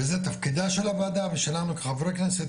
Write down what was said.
וזה תפקידה של הוועדה ושלנו כחברי כנסת,